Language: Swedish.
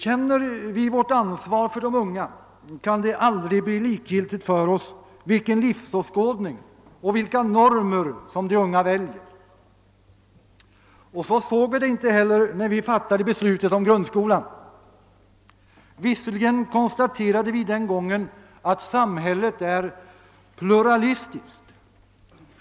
Känner vi vårt ansvar för de unga kan det aldrig bli likgiltigt för oss vilken livsåskådning och vilka normer som de unga väljer. Och så såg vi det inte heller när vi fattade beslutet om grundskolan. Visserligen konstaterade vi den gången att samhället är pluralistiskt.